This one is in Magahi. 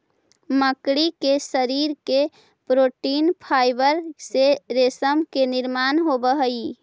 मकड़ी के शरीर के प्रोटीन फाइवर से रेशम के निर्माण होवऽ हई